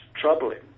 troubling